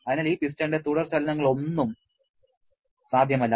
അതിനാൽ ഈ പിസ്റ്റണിന്റെ തുടർചലനങ്ങളൊന്നും സാധ്യമല്ല